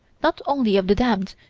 not only of the damned,